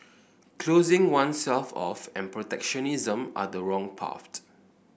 closing oneself off and protectionism are the wrong path